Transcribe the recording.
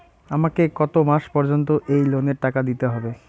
আমাকে কত মাস পর্যন্ত এই লোনের টাকা দিতে হবে?